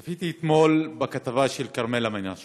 צפיתי אתמול בכתבה של כרמלה מנשה